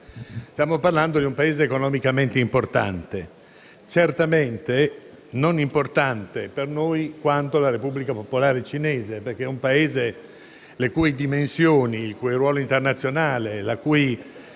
Stiamo parlando di un Paese economicamente importante, anche se certamente non importante per noi quanto la Repubblica popolare cinese, perché è un Paese le cui dimensioni, il cui ruolo internazionale e nella